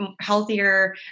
healthier